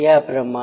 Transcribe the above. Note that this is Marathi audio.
याप्रमाणे